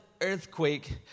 earthquake